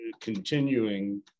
continuing